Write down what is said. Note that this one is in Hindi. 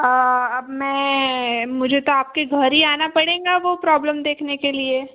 अब मैं मुझे तो आपके घर ही आना पड़ेगा वो प्रॉब्लम देखने के लिए